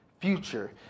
future